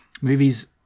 movies